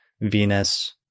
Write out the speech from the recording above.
Venus